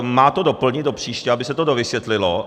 Má to doplnit do příště, aby se to dovysvětlilo.